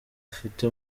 afite